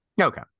Okay